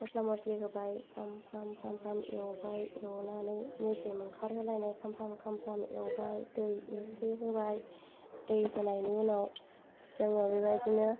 मस्ला मस्लि होबाय फ्राम फ्राम एवबाय एवनानै मेजेम ओंखारहोलायनाय खामफ्राम खामफ्राम एवबाय दै एसे होबाय दै होनायनि उनाव जोङो बेबायदिनो